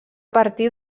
partir